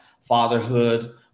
fatherhood